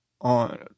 on